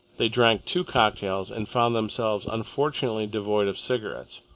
they drank two cocktails and found themselves unfortunately devoid of cigarettes,